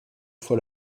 fois